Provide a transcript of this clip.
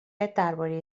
درباره